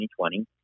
2020